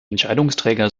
entscheidungsträger